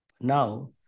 Now